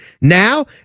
Now